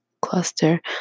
cluster